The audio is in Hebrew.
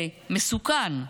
זה מסוכן.